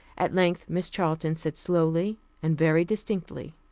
at length miss charlton said slowly and very distinctly,